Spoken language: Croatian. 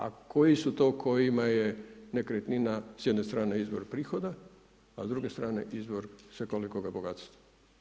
A koji su to kojima je nekretnina s jedne strane izvor prihoda, a s druge strane izvor svekolikoga bogatstva.